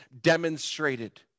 demonstrated